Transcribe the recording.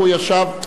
הוא ישב,